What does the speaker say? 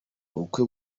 ubukwe